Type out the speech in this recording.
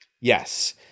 Yes